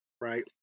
right